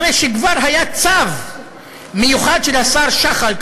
אחרי שכבר היה צו מיוחד של השר שחל,